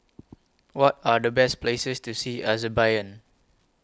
What Are The Best Places to See